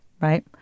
right